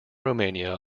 romania